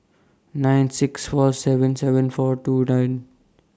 nine six four seven seven four two nine